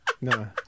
No